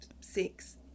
six